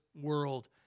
world